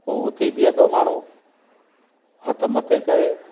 पोइ उथी बीहंदो माण्हू हथ मथे करे